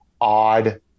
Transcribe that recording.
odd